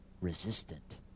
resistant